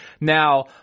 Now